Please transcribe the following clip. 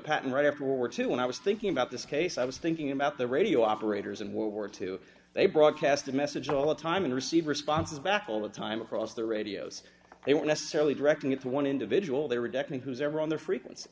patent right after world war two when i was thinking about this case i was thinking about the radio operators and what were two they broadcast a message all the time and receive responses back all the time across the radios they were necessarily directing it to one individual they were deafening who's ever on their frequency